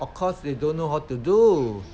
of course they don't know how to do